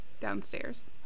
downstairs